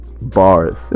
bars